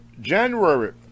January